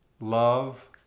Love